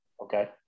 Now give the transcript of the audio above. okay